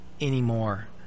anymore